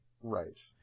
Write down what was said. Right